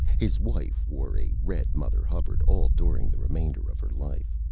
his wife wore a red mother hubbard all during the remainder of her life.